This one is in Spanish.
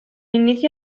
inicio